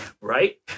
right